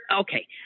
okay